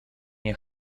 nie